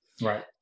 right